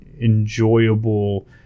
enjoyable